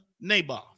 Naboth